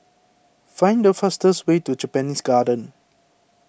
find the fastest way to Japanese Garden